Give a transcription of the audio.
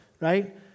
right